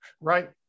Right